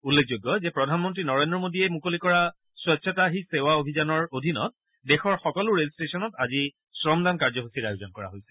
উল্লেখযোগ্য যে প্ৰধানমন্ত্ৰী নৰেন্দ্ৰ মোডীয়ে মুকলি কৰা স্বছতা হি সেৱা অভিযানৰ অধীনত দেশৰ সকলো ৰে'ল ষ্টেশ্যনত আজি শ্ৰম দান কাৰ্যসূচীৰ আয়োজন কৰা হৈছে